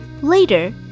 Later